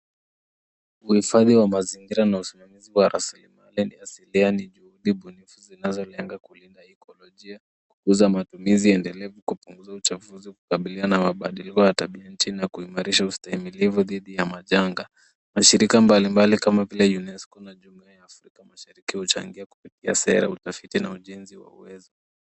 Uhifadhi wa mazingira na usimamizi wa raslimali asilia ni juhudi bunifu zinazolenga kulinda ikolojia, kukuza matumizi endelevu, kupunguza uchafuzi, kukabiliana na mabadiliko ya tabia nchini na kuimarishi ustahimilifu dhidi ya majanga. Mashirika mbalimbali kama vile UNESCO na Jumuiya ya Afrika Mashariki huchangia kupitia sera ya utafiti na ujenzi wa uwezo.